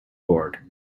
board